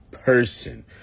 person